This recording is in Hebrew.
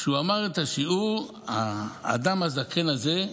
כשהוא אמר את השיעור, האדם הזקן הזה,